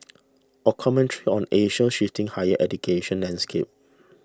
a commentary on Asia's shifting higher education landscape